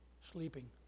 sleeping